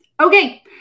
Okay